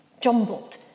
jumbled